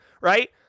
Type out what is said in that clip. right